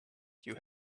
you